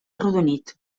arrodonit